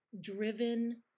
driven